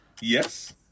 Yes